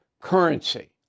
currency